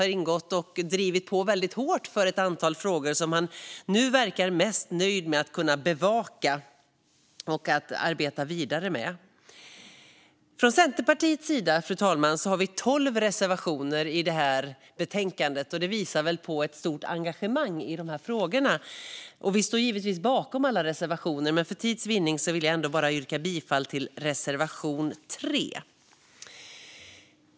Han drev på hårt för ett antal frågor som han nu verkar mest nöjd med att kunna bevaka och arbeta vidare med. Fru talman! Från Centerpartiets sida har vi tolv reservationer i betänkandet. Det visar på ett stort engagemang i frågorna. Vi står givetvis bakom alla våra reservationer, men för tids vinning yrkar jag bifall bara till reservation 3.